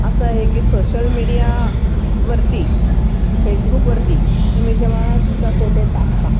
असं आहे की सोशल मीडियावरती फेसबुकवरती तुम्ही जेव्हा तुमचा फोटो टाकता